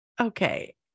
Okay